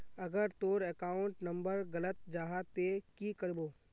अगर तोर account number गलत जाहा ते की करबो?